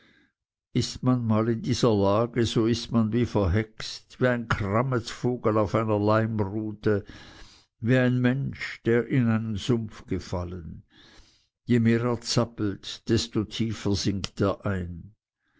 ist man mal in dieser lage so ist man wie verhexet wie ein krammetsvogel auf einer leimrute wie ein mensch der in einen sumpf gefallen je mehr er zappelt desto tiefer sinkt er ein